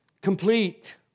complete